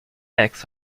eggs